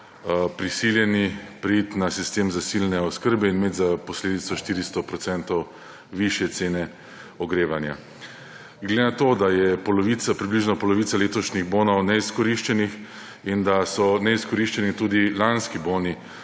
prisiljeni preiti na sistem zasilne oskrbe in imeti za posledico 400 % višje cene ogrevanja. Glede na to, da je približno polovica letošnjih bonov neizkoriščenih in da so neizkoriščeni tudi lanski boni,